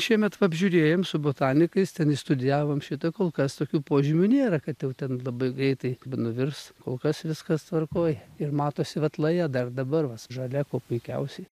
šiemet apžiūrėjom su botanikais ten išstudijavom šitą kol kas tokių požymių nėra kad jau ten labai greitai nuvirs kol kas viskas tvarkoj ir matosi vat laja dar dabar žalia kuo puikiausiai